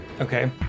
Okay